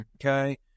Okay